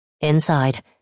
Inside